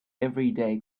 everyday